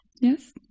Yes